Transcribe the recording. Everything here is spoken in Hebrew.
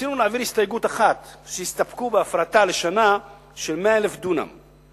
ניסינו להעביר הסתייגות אחת: שיסתפקו בהפרטה של 100,000 דונם לשנה.